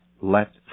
let